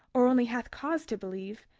or only hath cause to believe,